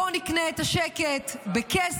בואו נקנה את השקט בכסף,